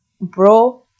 bro